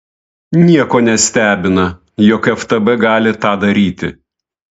nieko nestebina jog ftb gali tą daryti